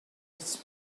with